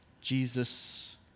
Jesus